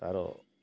ତା'ର